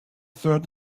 third